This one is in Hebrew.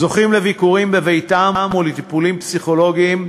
וזוכים לביקורים בביתם ולטיפולים פסיכולוגיים,